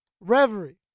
Reverie